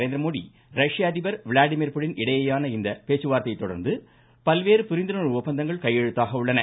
நரேந்திரமோடி ரஷ்ய அதிபர் Vladimir Putin இடையேயான இந்த பேச்சுவார்த்தையை தொடர்ந்து பல்வேறு புரிந்துணர்வு ஒப்பந்தங்கள் கையெழுத்தாக உள்ளன